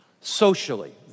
socially